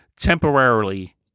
temporarily